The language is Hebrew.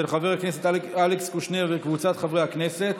של חבר הכנסת אלכס קושניר וקבוצת חברי הכנסת.